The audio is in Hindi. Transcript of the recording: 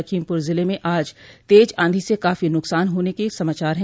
लखीमपुर जिले में आई तेज आंधी से काफी नुकसान के होने के समाचार है